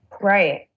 Right